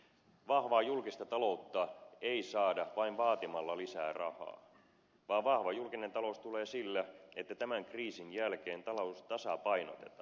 vahvaa julkista taloutta ei saada vain vaatimalla lisää rahaa vaan vahva julkinen talous tulee sillä että tämän kriisin jälkeen talous tasapainotetaan